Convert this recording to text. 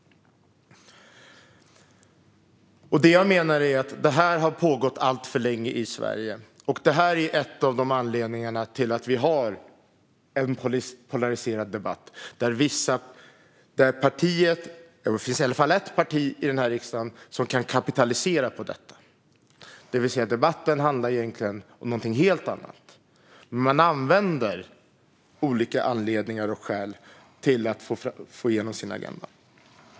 Jag menar att detta har pågått alltför länge i Sverige. Det är en av anledningarna till att vi har en polariserad debatt och att åtminstone ett parti här i riksdagen kan kapitalisera på det. Debatten handlar egentligen om något helt annat, men man använder olika anledningar och skäl för att få igenom sin agenda.